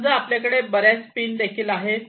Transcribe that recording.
समजा आपल्याकडे बऱ्याच पिन देखील आहे